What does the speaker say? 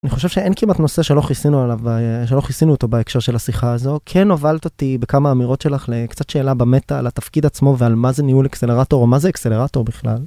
אני חושב שאין כמעט נושא שלא חיסינו עליו, שלא חיסינו אותו בהקשר של השיחה הזו, כן הובלת אותי בכמה אמירות שלך לקצת שאלה במטה, על התפקיד עצמו ועל מה זה ניהול אקסלרטור, או מה זה אקסלרטור בכלל.